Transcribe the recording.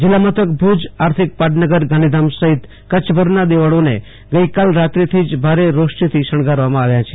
જિલ્લા મથક ભુજ આર્થિક પાટનગર ગાંધીધામ સહિત કચ્છભરના દેવળોને ગઈકાલ રાત્રિથી જ ભારે રોશનીથી શણગારવામાં આવ્યો છે